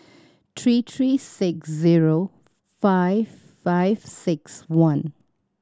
three three six zero five five six one